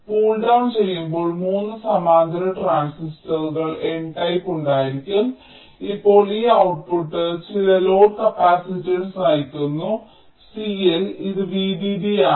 pull down ചെയുമ്പോൾ 3 സമാന്തര ട്രാൻസിസ്റ്ററുകൾ n ടൈപ്പ് ഉണ്ടായിരിക്കാം ഇപ്പോൾ ഈ ഔട്ട്പുട്ട് ചില ലോഡ് കപ്പാസിറ്റൻസ് നയിക്കുന്നു CL ഇത് VDD ആണ്